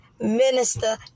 minister